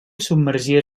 submergir